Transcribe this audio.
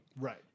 Right